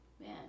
Man